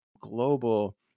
global